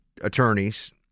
attorneys